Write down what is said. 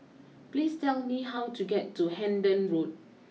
please tell me how to get to Hendon Road